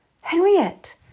Henriette